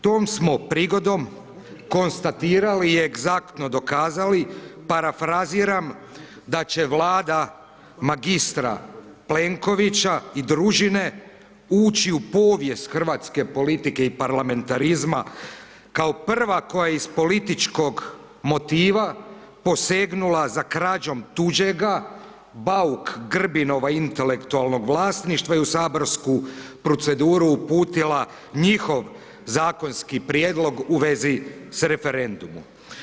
Tom smo prigodom konstatirali i egzaktno dokazali parafraziram, da će vlada, magistra Plenkovića i družine ući u povijest hrvatske politike i parlamentarizma kao prva koja je iz političkog motiva, posegnula za krađom tuđega, Bauk Grbinova intelektualnog vlasništva i u saborsku proceduru uputila njihov zakonski prijedlog u vezi s referendumom.